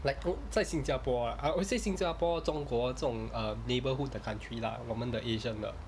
like 在新加坡 ah I would say 新加坡中国这种 uh neighborhood 的 country lah 我们的 asian 的